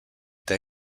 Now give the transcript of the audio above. then